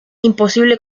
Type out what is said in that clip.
imposible